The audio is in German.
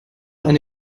eine